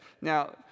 Now